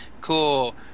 cool